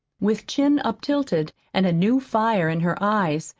with chin up-tilted and a new fire in her eyes,